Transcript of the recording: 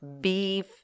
beef